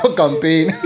campaign